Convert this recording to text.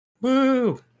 Woo